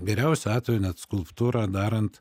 geriausiu atveju net skulptūrą darant